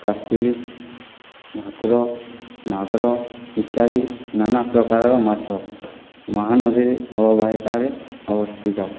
କାର୍ପେଲିସ ଭାକୁର ମାଗୁର ଇତ୍ୟାଦି ନାନାପ୍ରକାରର ମାଛ ମହାନଦୀରେ ଅବବାହିକାରେ ଅବସ୍ଥିତ